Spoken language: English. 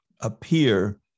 appear